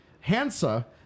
Hansa